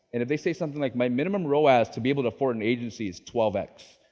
and if they say something like my minimum roas to be able to afford an agency is twelve x.